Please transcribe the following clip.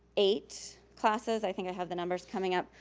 eight classes i think i have the numbers coming up.